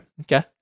Okay